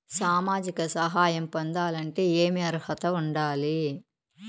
సామాజిక సహాయం పొందాలంటే ఏమి అర్హత ఉండాలి?